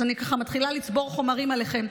אז אני ככה מתחילה לצבור חומרים עליכם.